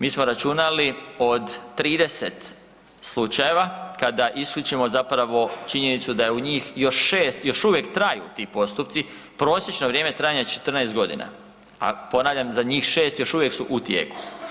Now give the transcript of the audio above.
Mi smo računali od 30 slučajeva kada isključimo činjenicu da je u njih još šest još uvijek traju ti postupci, prosječno vrijeme trajanja je 14 godina, a ponavljam za njih šest još uvijek su u tijeku.